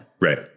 Right